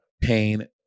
pain